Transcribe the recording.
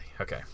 Okay